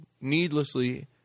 needlessly